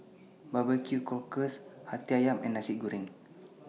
Barbecue Cockles Hati Ayam and Nasi Goreng